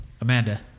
Amanda